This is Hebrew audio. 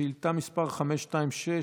שאילתה מס' 526,